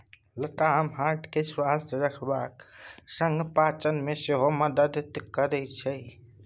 लताम हार्ट केँ स्वस्थ रखबाक संग पाचन मे सेहो मदति करय छै